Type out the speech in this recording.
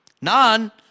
Nan